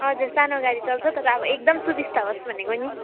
हजुर सानो गाडी चल्छ तर अब एकदम सुविस्ता होस् भनेको नि